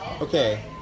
okay